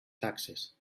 taxes